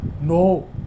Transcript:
no